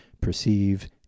perceive